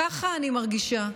ככה אני מרגישה.